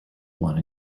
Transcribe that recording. one